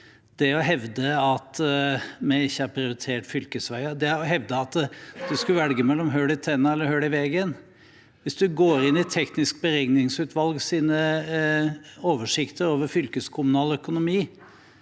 Han hevder at vi ikke har prioritert fylkesveier, og at en måtte velge mellom hull i tennene og hull i veien. Hvis en går inn i Teknisk beregningsutvalgs oversikter over fylkeskommunal økonomi,